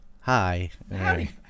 Hi